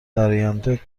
درآینده